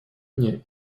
мне